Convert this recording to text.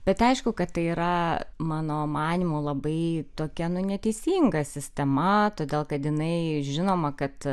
bet aišku kad tai yra mano manymu labai tokia nu neteisinga sistema todėl kad jinai žinoma kad